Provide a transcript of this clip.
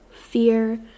fear